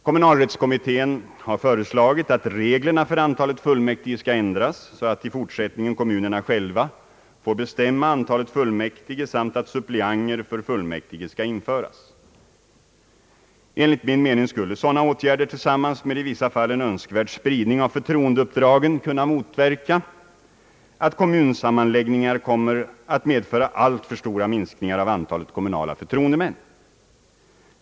Kommunalrättskommittén har föreslagit att reglerna för antalet fullmäktige skall ändras så, att i fortsättningen kommunerna själva skall bestämma antalet fullmäktige, samt att suppleanter för fullmäktige skall införas. Enligt min mening skulle sådana åtgärder, tillsammans med i vissa fall en önskvärd spridning av förtroendeuppdragen, kunna motverka att kommunsammanläggningarna kommer att medföra alltför stora minskningar av antalet kommunala förtroendemän.